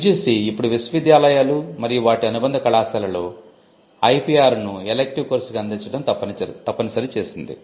UGC ఇప్పుడు విశ్వవిద్యాలయాలు మరియు వాటి అనుబంధ కళాశాలలలో ఐపిఆర్ ను ఎలిక్టివ్ కోర్సుగా అందించడం తప్పనిసరి చేసింది